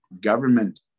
government